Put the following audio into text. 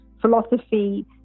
philosophy